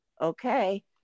Okay